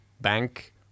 bank